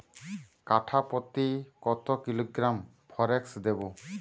কাঠাপ্রতি কত কিলোগ্রাম ফরেক্স দেবো?